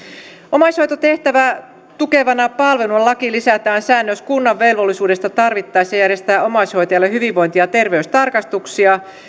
omaishoitotehtävää tukevana palveluna lakiin lisätään säännös kunnan velvollisuudesta tarvittaessa järjestää omaishoitajalle hyvinvointi ja terveystarkastuksia